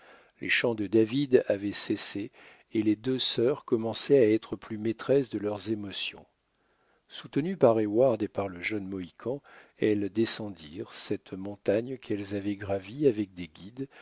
les chants de david avaient cessé et les deux sœurs commençaient à être plus maîtresses de leurs émotions soutenues par heyward et par le jeune mohican elles descendirent cette montagne qu'elles avaient gravie avec des guides